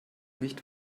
nicht